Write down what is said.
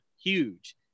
huge